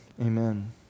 amen